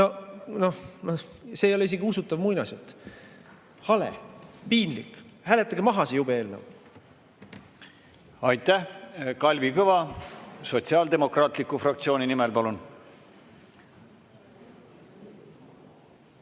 No see ei ole isegi usutav muinasjutt. Hale! Piinlik! Hääletage maha see jube eelnõu! Aitäh! Kalvi Kõva Sosiaaldemokraatliku fraktsiooni nimel, palun!